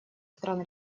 стран